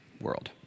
world